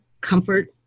comfort